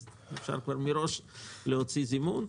אז אפשר כבר מראש להוציא זימון.